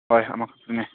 ꯍꯣꯏ ꯑꯃ ꯈꯛꯇꯅꯤ